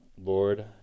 Lord